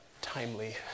timely